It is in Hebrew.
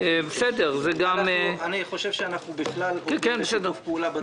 אני חושבת שאנחנו בכלל עובדים בשיתוף פעולה בדברים האלה.